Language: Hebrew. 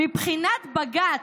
מבחינת בג"ץ,